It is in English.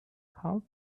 how